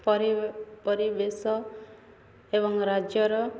ପରି ପରିବେଶ ଏବଂ ରାଜ୍ୟର